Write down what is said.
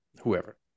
whoever